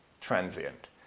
transient